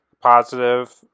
positive